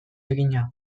egina